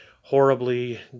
horribly